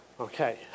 okay